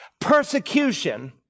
persecution